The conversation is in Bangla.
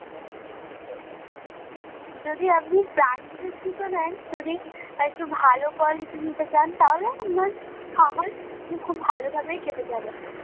যদি আপনি ব্রান্ডেড জুতো নেন যদি আর একটু ভালো কোয়ালিটি নিতে চান তাহলে আপনার ছমাস খুব ভালোভাবেই কেটে যাবে